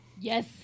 Yes